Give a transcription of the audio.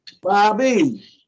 Bobby